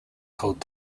called